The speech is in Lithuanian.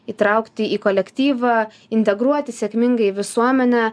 įtraukti į kolektyvą integruoti sėkmingai į visuomenę